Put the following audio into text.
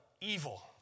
evil